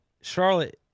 Charlotte